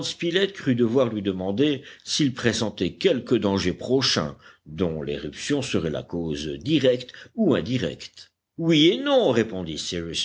spilett crut devoir lui demander s'il pressentait quelque danger prochain dont l'éruption serait la cause directe ou indirecte oui et non répondit